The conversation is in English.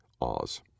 Oz